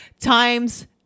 times